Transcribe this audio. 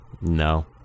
No